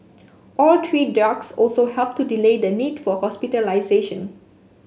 all three drugs also helped to delay the need for hospitalisation